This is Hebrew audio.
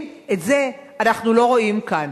את זה אנחנו לא רואים כאן.